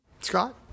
Scott